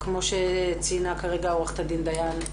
כמו שציינה כרגע עוה"ד דיין,